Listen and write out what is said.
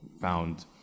found